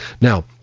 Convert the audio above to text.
Now